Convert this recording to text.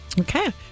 Okay